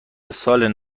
سال